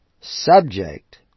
subject